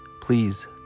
please